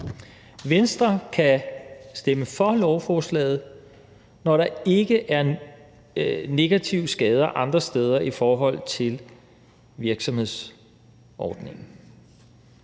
Venstre kan stemme for lovforslaget, når der ikke er negative skader andre steder i forhold til virksomhedsordningen.